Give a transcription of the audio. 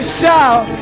shout